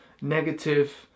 negative